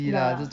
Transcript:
ya